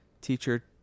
teacher